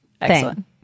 excellent